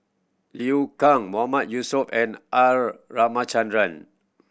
Liu Kang Mahmood Yusof and R Ramachandran